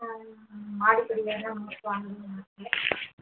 மாடிப்படி ஏறினா மூச்சு வாங்குது டாக்டர்